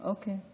אוקיי,